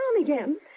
again